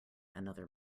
another